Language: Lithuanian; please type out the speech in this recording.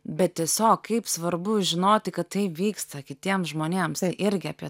bet tiesiog kaip svarbu žinoti kad tai vyksta kitiems žmonėms tai irgi apie